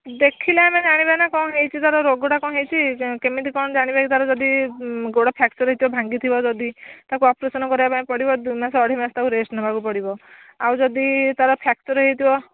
ଦେଖିଲେ ଆମେ ଜାଣିବା ନା କ'ଣ ହେଇଛି ତା'ର ରୋଗଟା କ'ଣ ହେଇଛି କେମିତି କ'ଣ ଜାଣିବା ତା'ର ଯଦି ଗୋଡ଼ ଫ୍ରାକଚର୍ ହେଇଥିବ ଭାଙ୍ଗିଥିବ ଯଦି ତାକୁ ଅପରେସନ୍ କରିବା ପାଇଁ ପଡ଼ିବ ଦୁଇ ମାସ ଅଢ଼େଇ ମାସ ତାକୁ ରେଷ୍ଟ ନେବାକୁ ପଡ଼ିବ ଆଉ ଯଦି ତା'ର ଫ୍ରାକଚର୍ ହେଇଥିବ ହଁ